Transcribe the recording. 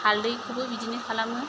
हालदैखौबो बिदिनो खालामो